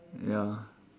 ya